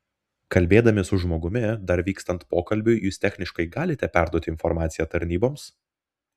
kalbėdami su žmogumi dar vykstant pokalbiui jūs techniškai galite perduoti informaciją tarnyboms